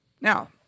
Now